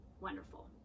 wonderful